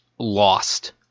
lost